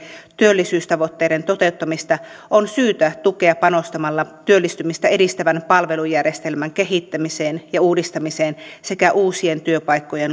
työllisyystavoitteiden toteuttamista on syytä tukea panostamalla työllistymistä edistävän palvelujärjestelmän kehittämiseen ja uudistamiseen sekä uusien työpaikkojen